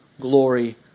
glory